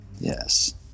Yes